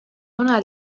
una